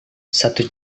satu